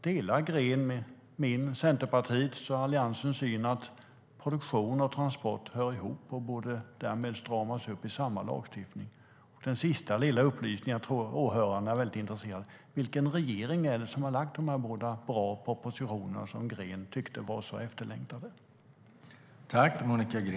Delar Green min, Centerpartiets och Alliansens syn att produktion och transport hör ihop och därmed borde stramas upp i samma lagstiftning? Den sista lilla upplysning jag tror att åhörarna är väldigt intresserade av är vilken regering som lagt fram dessa båda bra propositioner som Green säger var så efterlängtade.